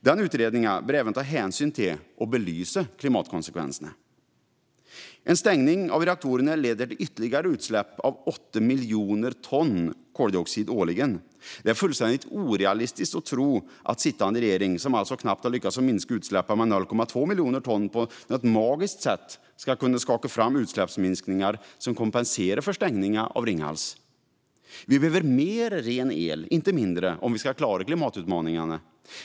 Den utredningen bör även ta hänsyn till och belysa klimatkonsekvenserna. En stängning av reaktorerna leder till utsläpp av ytterligare 8 miljoner ton koldioxid årligen. Det är fullständigt orealistiskt att tro att sittande regering, som alltså knappt lyckats minska utsläppen med 0,2 miljoner ton, på något magiskt sätt ska kunna skaka fram utsläppsminskningar som kompenserar för stängningen av Ringhals. Vi behöver mer ren el, inte mindre, om vi ska klara klimatutmaningarna.